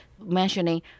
mentioning